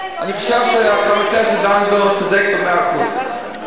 אני חושב שחבר הכנסת דני דנון צודק במאה אחוז.